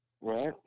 Right